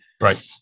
Right